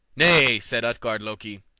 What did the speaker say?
nay, said utgard-loki,